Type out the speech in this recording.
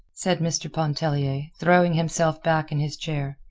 said mr. pontellier, throwing himself back in his chair.